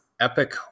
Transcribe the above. epic